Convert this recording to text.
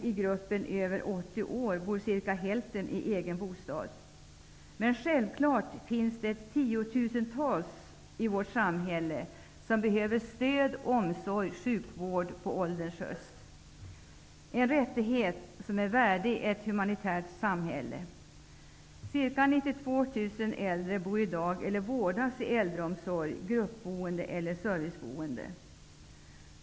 I gruppen äldre över 80 år bor ungefär hälften i egen bostad. Men sjävklart finns tiotusentals i vårt samhälle som behöver stöd, omsorg och sjukvård på ålderns höst. Det är en rättighet som är värdigt ett humanitärt samhälle. Ungefär 92 000 äldre bor eller vårdas i dag i äldreomsorg, gruppboende eller serviceboende.